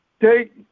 take